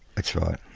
that's right.